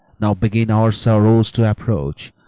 now begins our sorrows to approach.